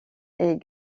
est